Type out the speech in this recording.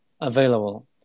available